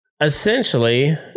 essentially